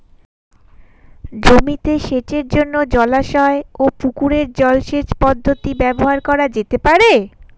জমিতে সেচের জন্য জলাশয় ও পুকুরের জল সেচ পদ্ধতি ব্যবহার করা যেতে পারে?